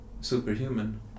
superhuman